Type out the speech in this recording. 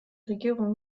regierung